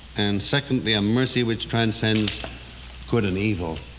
and, secondly, a mercy which transcends good and evil